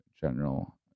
general